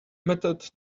method